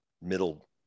middle